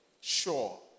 Sure